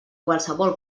qualsevol